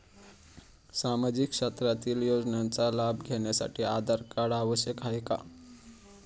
सामाजिक क्षेत्रातील योजनांचा लाभ घेण्यासाठी आधार कार्ड आवश्यक आहे का?